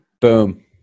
Boom